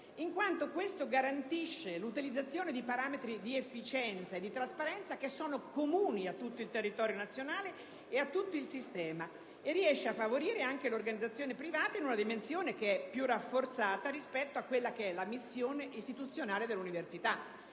in quanto garantisce l'utilizzazione di parametri di efficienza e di trasparenza che sono comuni a tutto il territorio nazionale e a tutto il sistema e riesce a favorire anche l'organizzazione privata in una dimensione più rafforzata rispetto alla missione istituzionale dell'università.